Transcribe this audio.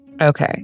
Okay